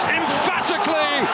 emphatically